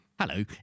Hello